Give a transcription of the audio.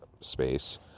space